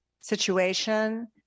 situation